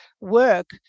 work